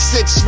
Six